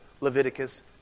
Leviticus